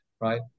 right